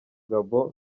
gabon